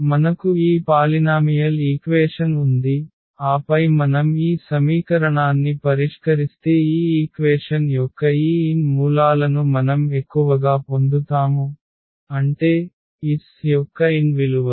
మనకు ఈ polynomial equation ఉంది ఆపై మనం ఈ సమీకరణాన్ని పరిష్కరిస్తే ఈ ఈక్వేషన్ యొక్క ఈ n మూలాలను మనం ఎక్కువగా పొందుతాము అంటే s యొక్క n విలువలు